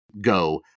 go